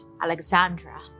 Alexandra